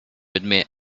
admit